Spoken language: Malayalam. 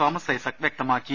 തോമസ് ഐസക് വൃക്തമാക്കി